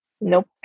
Nope